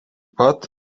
pat